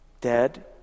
dead